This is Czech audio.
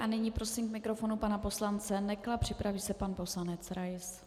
A nyní prosím k mikrofonu pana poslance Nekla, připraví se pan poslanec Rais.